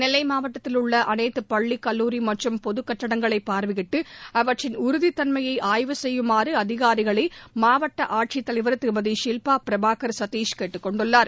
நெல்லை மாவட்டத்தில் உள்ள அனைத்து பள்ளி கல்லூரி மற்றும் பொதுக் கட்டடங்களை பார்வையிட்டு அவற்றின் உறுதித் தன்மையை ஆய்வு செய்யுமாறு அதிகாரிகளை மாவட்ட ஆட்சித் தலைவர் திருமதி ஷில்பா பிரபாகர் சதீஷ் கேட்டுக் கொண்டுள்ளார்